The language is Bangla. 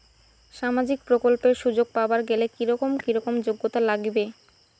সামাজিক প্রকল্পের সুযোগ পাবার গেলে কি রকম কি রকম যোগ্যতা লাগিবে?